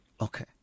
Okay